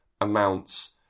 amounts